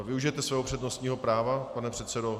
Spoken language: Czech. Využijete svého přednostního práva, pane předsedo?